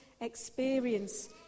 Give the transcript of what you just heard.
experience